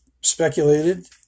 speculated